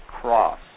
cross